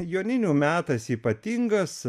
joninių metas ypatingas